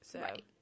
Right